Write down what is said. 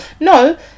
No